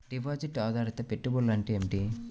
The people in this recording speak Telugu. డిపాజిట్ ఆధారిత పెట్టుబడులు అంటే ఏమిటి?